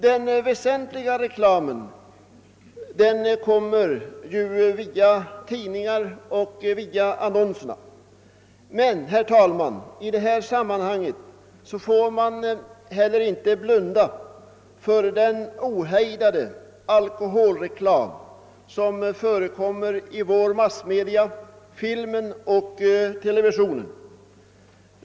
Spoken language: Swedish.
Denna reklam kommer väsentligast via tidningar och annonser, men, herr talman, i detta sammanhang får man inte heller blunda för den ohejdade alkoholreklam som förekommer i våra massmedia: filmen och televisionen.